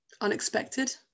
unexpected